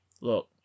look